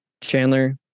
chandler